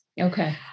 Okay